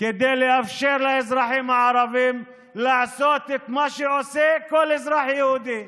כדי לאפשר לאזרחים הערבים לעשות את מה שעושה כל אזרח יהודי